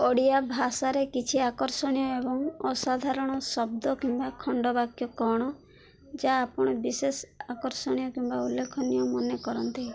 ଓଡ଼ିଆ ଭାଷାରେ କିଛି ଆକର୍ଷଣୀୟ ଏବଂ ଅସାଧାରଣ ଶବ୍ଦ କିମ୍ବା ଖଣ୍ଡବାକ୍ୟ କ'ଣ ଯାହା ଆପଣ ବିଶେଷ ଆକର୍ଷଣୀୟ କିମ୍ବା ଉଲ୍ଲେଖନୀୟ ମନେ କରନ୍ତି